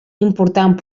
important